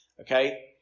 okay